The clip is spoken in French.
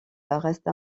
reste